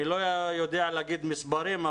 אני לא יודע להגיד מספרים,